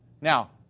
Now